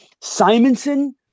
Simonson